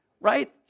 Right